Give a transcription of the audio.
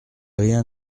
rien